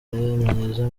myiza